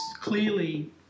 clearly